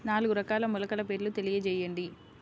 నాలుగు రకాల మొలకల పేర్లు తెలియజేయండి?